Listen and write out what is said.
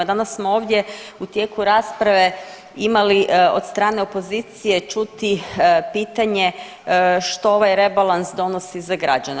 Danas smo ovdje u tijeku rasprave imali od strane opozicije čuti pitanje što ovaj rebalans donosi za građane.